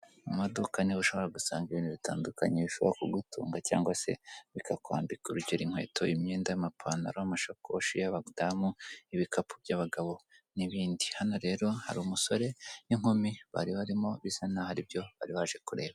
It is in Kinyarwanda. Mu amaduka ni ho ushobora gusanga ibintu bitandukanye bishobora kugutunga cyangwa se bikakwambika, urugero inkweto, imyenda, amapantaro, amashakoshi y'abadamu, ibikapu by'abagabo, n'ibindi, hano rero hari umusore n'inkumi bari barimo, bisa n'aho ari ibyo bari baje kureba.